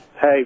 Hey